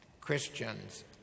Christians